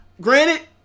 granted